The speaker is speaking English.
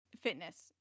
fitness